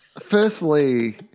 Firstly